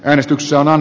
äänestyksessä on